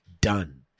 done